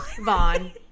Vaughn